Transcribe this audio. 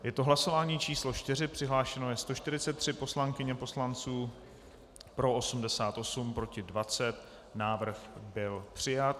Je to hlasování číslo 4, přihlášeno je 143 poslankyň a poslanců, pro 88, proti 20, návrh byl přijat.